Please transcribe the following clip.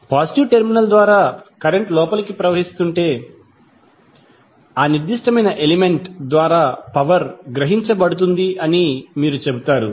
positive terminal ద్వారా current లోపలికి ప్రవహిస్తుంటే ఆ నిర్దిష్ట ఎలిమెంట్ ద్వారా పవర్ గ్రహించబడుతుందని మీరు చెబుతారు